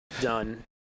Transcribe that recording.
done